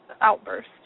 outburst